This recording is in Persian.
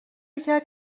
کرد